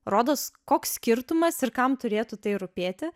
rodos koks skirtumas ir kam turėtų tai rūpėti